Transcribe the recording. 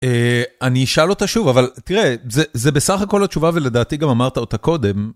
אני אשאל אותה שוב אבל תראה זה בסך הכל התשובה ולדעתי גם אמרת אותה קודם.